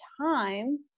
time